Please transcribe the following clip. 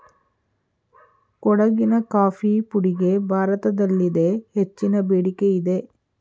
ಕೊಡಗಿನ ಕಾಫಿ ಪುಡಿಗೆ ಭಾರತದಲ್ಲಿದೆ ಹೆಚ್ಚಿನ ಬೇಡಿಕೆಯಿದೆ